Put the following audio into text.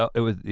ah it was the